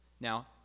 Now